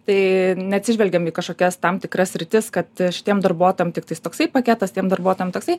tai neatsižvelgiam į kažkokias tam tikras sritis kad šitiem darbuotojam tiktai toksai paketas tiem darbuotojam toksai